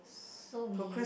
so we